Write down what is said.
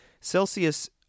Celsius